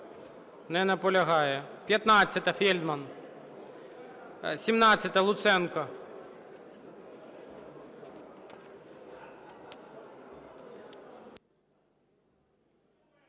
Не наполягає. 15-а, Фельдман. 17-а, Луценко.